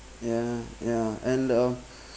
ya ya and um